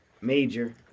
major